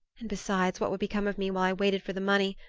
and besides, what would become of me while i waited for the money?